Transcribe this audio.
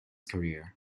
career